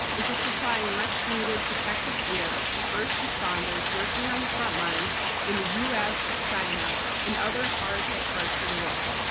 which is supplying much needed protective gear to first responders working on the front line in the us, china and other hard-hit parts of the world.